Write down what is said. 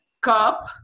cup